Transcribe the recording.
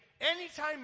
anytime